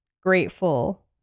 grateful